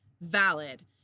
Valid